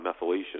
methylation